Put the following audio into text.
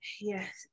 yes